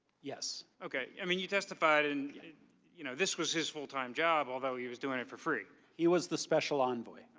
yes. i mean you testified and you know this was his full time job although he was doing it for free. he was the special envoy.